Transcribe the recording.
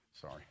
sorry